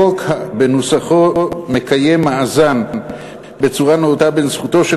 החוק בנוסחו מקיים מאזן בצורה נאותה בין זכותו של